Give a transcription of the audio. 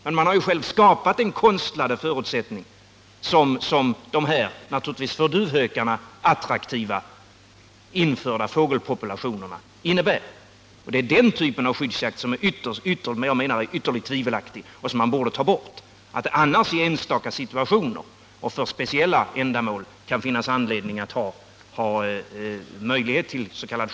Men man har ju själv skapat den konstlade förutsättning som dessa för duvhöken attraktiva fågelpopulationer innebär. Den typen av skyddsjakt anser jag vara ytterligt tvivelaktig och borde tas bort. Att det annars i enstaka situationer och för speciella ändamål bör finnas möjlighet tills.k.